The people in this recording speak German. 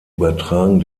übertragen